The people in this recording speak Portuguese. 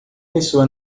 pessoa